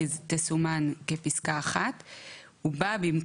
אז בהתאם